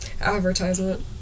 advertisement